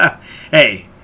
hey